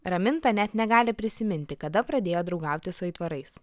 raminta net negali prisiminti kada pradėjo draugauti su aitvarais